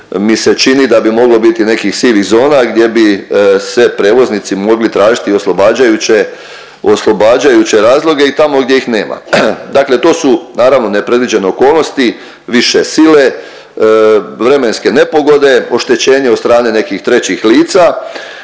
mi se čini da bi moglo biti nekih sivih zona gdje bi sve prevoznici mogli tražiti oslobađajuće, oslobađajuće razloge i tamo gdje ih nema. Dakle, to su naravno nepredviđene okolnosti, više sile, vremenske nepogode, oštećenje od strane nekih trećih lica,